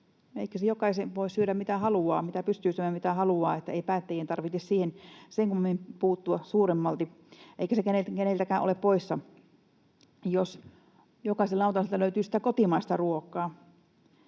Eikös jokainen voi syödä, mitä haluaa ja mitä pystyy syömään, niin että ei päättäjien tarvitse siihen sen kummemmin puuttua suuremmalti eikä se keneltäkään ole poissa, jos jokaisen lautaselta löytyy sitä kotimaista ruokaa.